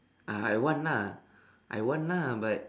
ah I want lah I want lah but